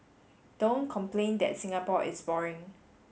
don't complain that Singapore is boring